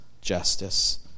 justice